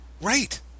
Right